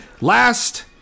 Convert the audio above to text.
last